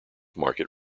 market